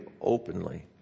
openly